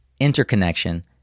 interconnection